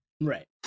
Right